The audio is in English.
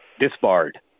Disbarred